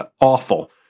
awful—